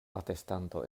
atestanto